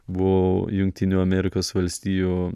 buvau jungtinių amerikos valstijų